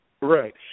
Right